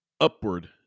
upward